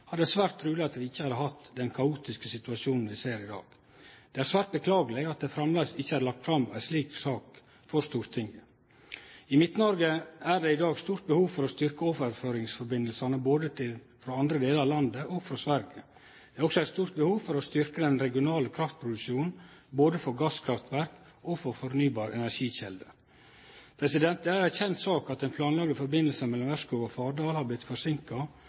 er det svært truleg at vi ikkje hadde hatt den kaotiske situasjonen vi ser i dag. Det er svært beklageleg at det framleis ikkje er lagt fram ei slik sak for Stortinget. I Midt-Noreg er det i dag stort behov for å styrkje overføringssambandet både frå andre delar av landet og frå Sverige. Det er også eit stort behov for å styrkje den regionale kraftproduksjonen både frå gasskraftverk og frå fornybare energikjelder. Det er ei kjend sak at det planlagde sambandet mellom Ørskog og Fardal har